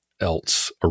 else